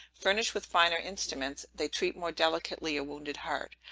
furnished with finer instruments, they treat more delicately a wounded heart.